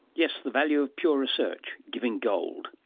yes, the value of pure research, giving gold,